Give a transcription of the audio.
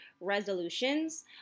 resolutions